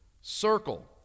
circle